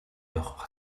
явах